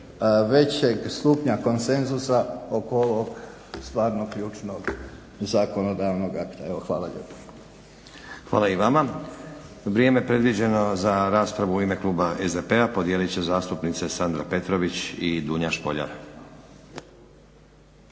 većeg stupnja konsenzusa oko ovog stvarno ključnog zakonodavnog akta. Evo hvala lijepo. **Stazić, Nenad (SDP)** Hvala i vama. Vrijeme predviđeno za raspravu u ime kluba SDP-a podijelit će zastupnice Sandra Petrović i Dunja Špoljar.